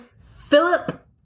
Philip